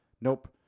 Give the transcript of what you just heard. Nope